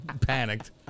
panicked